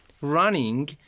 running